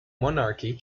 monarchy